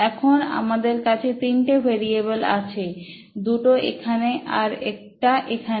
এখন আমাদের কাছে তিনটে ভেরিয়েবল আছে দুটো এখানে আর একটা এখানে